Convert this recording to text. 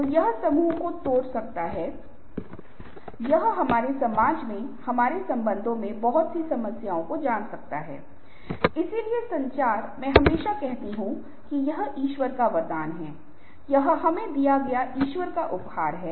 जवाब है नहीं छोटे पत्थरों को बड़ी चट्टानों के चारों ओर रख दें क्या यह भरा हुआ है